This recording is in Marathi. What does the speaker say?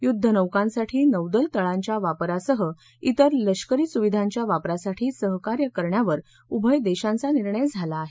युद्धनौकांसाठी नौदल तळांच्या वापरासह त्विर लष्करी सुविधांच्या वापरासाठी सहकार्य करण्यावर उभय देशांचा निर्णय झाला आहे